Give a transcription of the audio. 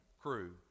crew